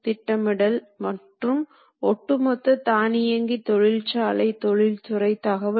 இன்னொருபுறம் அடுத்த மெசினிங் செயல் முறையான துருவல்